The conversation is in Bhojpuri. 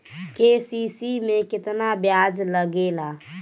के.सी.सी में केतना ब्याज लगेला?